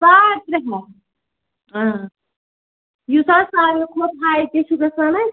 ساڑ ترٛےٚ ہَتھ اۭں یُس حظ ساروی کھۄتہٕ ہاے تہِ چھُ گژھان اَسہِ